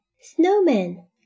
Snowman